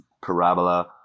Parabola